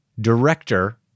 director